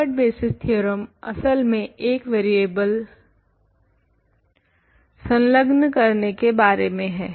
Hilbert basis theorem असल में 1 variable सनाग्न करने के बारे में है